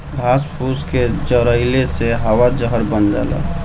घास फूस के जरइले से हवा जहर बन जाला